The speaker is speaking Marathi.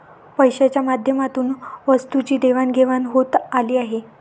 पैशाच्या माध्यमातून वस्तूंची देवाणघेवाण होत आली आहे